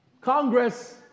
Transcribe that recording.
Congress